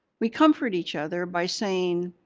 we comfort each other by saying,